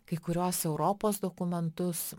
kai kuriuos europos dokumentus